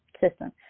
system